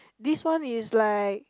this one is like